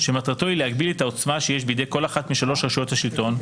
שמטרתו היא להגביל את העוצמה שיש בידי כל אחת משלוש רשויות השלטון,